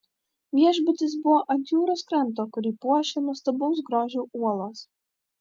viešbutis buvo ant jūros kranto kurį puošia nuostabaus grožio uolos